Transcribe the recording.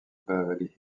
beverly